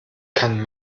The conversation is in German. kann